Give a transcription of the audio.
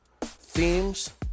themes